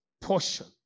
portion